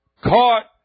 caught